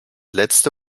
letzte